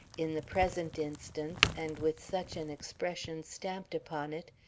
in the present instance, and with such an expression stamped upon it,